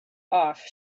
off